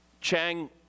Chang